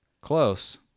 Close